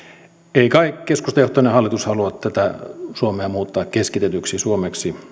ei kai keskustajohtoinen hallitus halua tätä suomea muuttaa keskitetyksi suomeksi